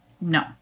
No